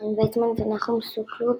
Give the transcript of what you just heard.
חיים ויצמן ונחום סוקולוב